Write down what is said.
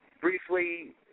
briefly